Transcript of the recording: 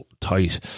tight